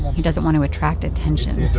he doesn't want to attract attention.